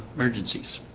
emergencies